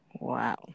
Wow